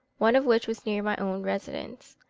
one of which was near my own residence.